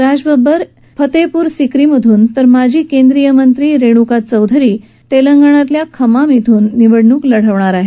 राज बब्बर फतेहपूर सिक्री तर माजी केंद्रीय मंत्री रेणुका चौधरी तेलंगणातल्या खम्माम श्विून निवडणूक लढवतील